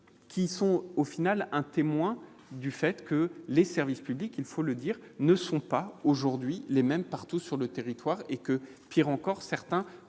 qui sont au final un témoin du fait que les services publics, il faut le dire, ne sont pas aujourd'hui les mêmes partout sur le territoire et que pire encore, certains